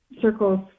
circles